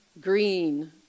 Green